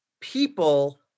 people